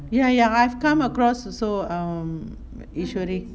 ya ya I've come across also Eswari